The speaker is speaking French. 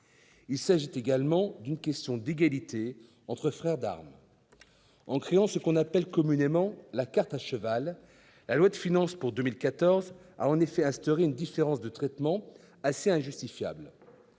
Il s'agit également d'une question d'égalité entre frères d'armes. En créant ce que l'on appelle communément la « carte à cheval », la loi de finances pour 2014 a en effet instauré une différence de traitement assez injustifiable.